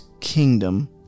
kingdom